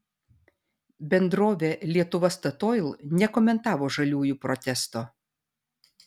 bendrovė lietuva statoil nekomentavo žaliųjų protesto